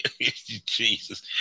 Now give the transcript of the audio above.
Jesus